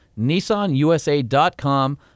NissanUSA.com